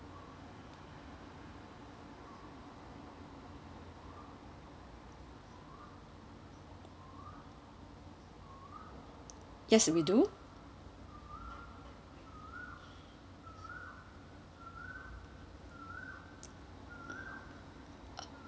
yes we do